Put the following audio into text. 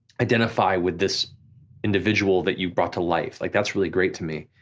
identify with this individual that you brought to life, like that's really great to me,